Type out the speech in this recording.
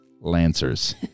lancers